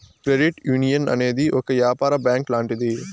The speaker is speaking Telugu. క్రెడిట్ యునియన్ అనేది ఒక యాపార బ్యాంక్ లాంటిది